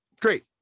Great